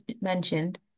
mentioned